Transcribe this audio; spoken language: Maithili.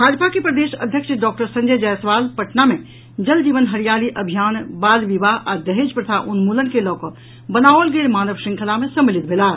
भाजपा के प्रदेश अध्यक्ष डॉक्टर संजय जायसवाल पटना मे जल जीवन हरियाली अभियान बाल विवाह आ दहेज प्रथा उन्मूलन के लऽ कऽ बनाओल गेल मानव श्रंखला मे सम्मिलित भेलाह